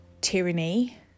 tyranny